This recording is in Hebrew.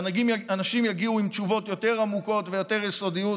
ואנשים יגיעו עם תשובות יותר עמוקות ויותר יסודיות.